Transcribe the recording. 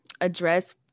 address